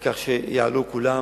כך שיעלו כולם.